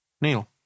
Neil